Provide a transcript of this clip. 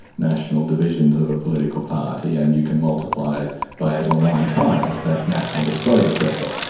national divisions of a political party and you can multiply by eight or nine times that national disclosure threshold.